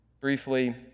Briefly